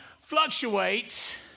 fluctuates